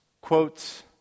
quotes